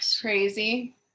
Crazy